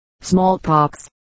smallpox